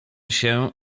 się